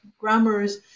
grammars